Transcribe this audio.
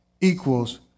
equals